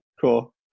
Cool